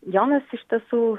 jonas iš tiesų